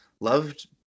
loved